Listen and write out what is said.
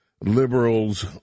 liberals